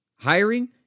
Hiring